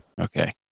Okay